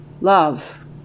love